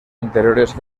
interiores